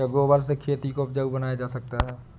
क्या गोबर से खेती को उपजाउ बनाया जा सकता है?